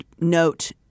note